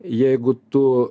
jeigu tu